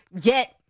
get